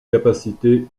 capacité